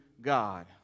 God